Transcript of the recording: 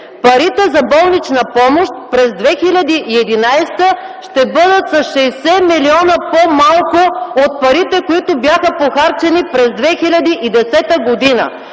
парите за болнична помощ през 2011 г. ще бъдат с 60 млн. лв. по-малко от парите, които бяха похарчени през 2010 г.